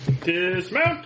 Dismount